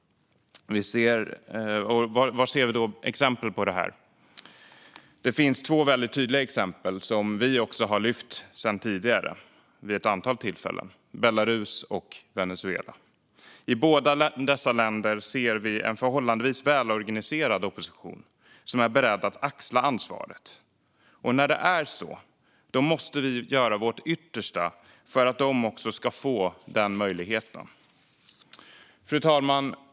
Var ser vi då exempel på detta? Det finns två väldigt tydliga exempel, som vi också har lyft tidigare vid ett antal tillfällen: Belarus och Venezuela. I båda dessa länder ser vi en förhållandevis välorganiserad opposition som är beredd att axla ansvaret. När det är så måste vi göra vårt yttersta för att de också ska få den möjligheten. Fru talman!